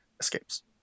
escapes